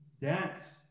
dance